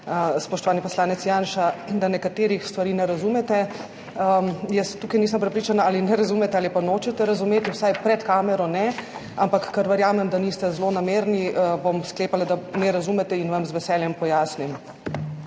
spoštovani poslanec Janša, da nekaterih stvari ne razumete. Jaz tukaj nisem prepričana, ali ne razumete ali pa nočete razumeti, vsaj pred kamero ne. Ampak ker verjamem, da niste zlonamerni, bom sklepala, da ne razumete, in vam z veseljem pojasnim.